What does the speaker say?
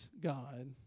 God